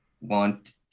want